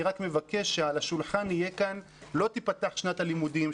אני רק מבקש שעל השולחן יהיה כאן שלא תיפתח שנת הלימודים.